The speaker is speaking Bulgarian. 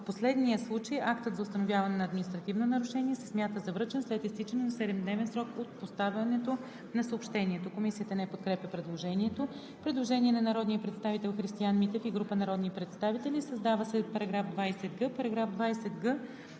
В последния случай актът за установяване на административно нарушение се смята за връчен след изтичане на 7-дневен срок от поставянето на съобщението.“ Комисията не подкрепя предложението. Предложение на народния представител Христиан Митев и група народни представители: „Създава се § 20г: „§ 20г.